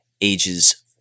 ages